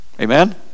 Amen